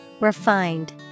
Refined